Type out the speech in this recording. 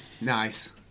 nice